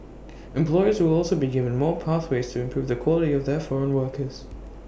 employers will also be given more pathways to improve the quality of their foreign workers